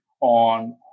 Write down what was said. on